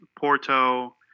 Porto